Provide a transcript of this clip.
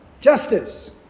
justice